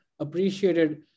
appreciated